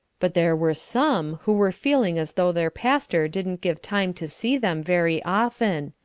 but there were some who were feeling as though their pastor didn't get time to see them very often.